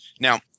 Now